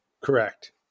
Correct